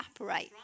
evaporate